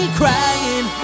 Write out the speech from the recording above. crying